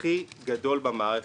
הכי גדול במערכת.